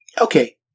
Okay